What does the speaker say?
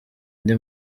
ndi